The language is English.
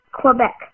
Quebec